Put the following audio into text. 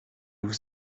vous